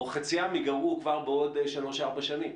חציים ייגרעו כבר בעוד שלוש-ארבע שנים.